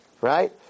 right